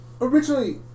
originally